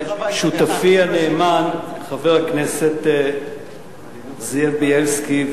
בשם שותפי הנאמן חבר הכנסת זאב בילסקי,